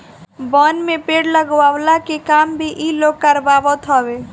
वन में पेड़ लगवला के काम भी इ लोग करवावत हवे